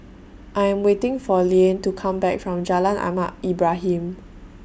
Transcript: I Am waiting For Liane to Come Back from Jalan Ahmad Ibrahim